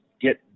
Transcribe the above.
get